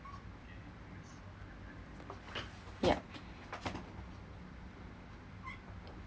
ya